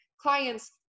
clients